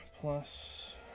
plus